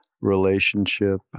relationship